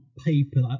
paper